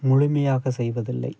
முழுமையாக செய்வதில்லை